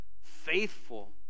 faithful